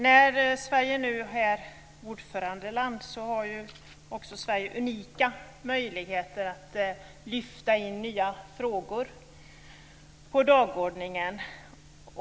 När Sverige nu är ordförandeland har man också unika möjligheter att lyfta in nya frågor på dagordningen.